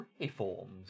reforms